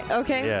okay